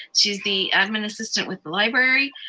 she's the admin assistant with the library.